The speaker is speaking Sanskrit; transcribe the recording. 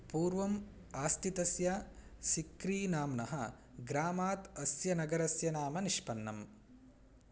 पूर्वम् आस्थितस्य सिक्रीनाम्नः ग्रामात् अस्य नगरस्य नाम निष्पन्नम्